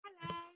Hello